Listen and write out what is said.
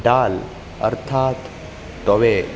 दाल् अर्थात् तोवे